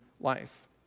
life